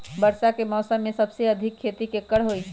वर्षा के मौसम में सबसे अधिक खेती केकर होई?